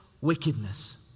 wickedness